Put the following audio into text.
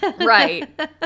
Right